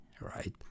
right